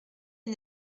est